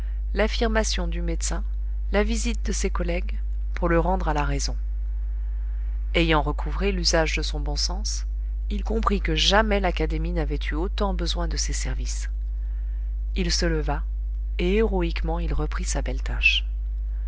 l'affirmation du médecin la visite de ses collègues pour le rendre à la raison ayant recouvré l'usage de son bon sens il comprit que jamais l'académie n'avait eu autant besoin de ses services il se leva et héroïquement il reprit sa belle tâche